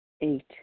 Eight